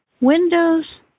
Windows